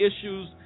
issues